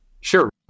Sure